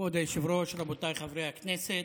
כבוד היושב-ראש, רבותיי חברי הכנסת,